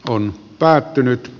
on päättynyt